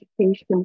education